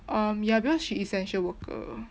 um ya because she essential worker